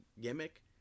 gimmick